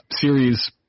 series